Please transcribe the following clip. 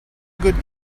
good